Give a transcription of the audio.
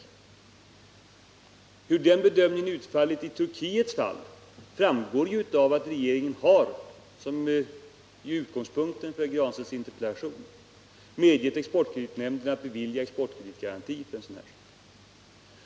Hurden bedömningen utfallit i Turkiets fall framgår av att regeringen har— vilket ju är utgångspunkten för herr Granstedts interpellation — medgett exportkreditnämnden att bevilja exportkreditgaranti.